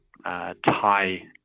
Thai